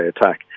attack